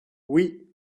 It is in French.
oui